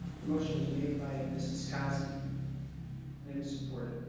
the motion was made by mrs kosky and it was supported.